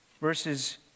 verses